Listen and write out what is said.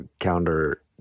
counter